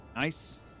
Nice